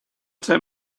take